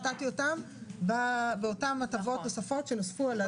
נתתי אותם באותן הטבות נוספות שנוספו.